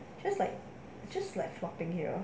just like just like flopping here